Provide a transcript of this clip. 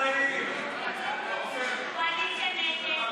דמי אבטלה לעצמאים),